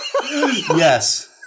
Yes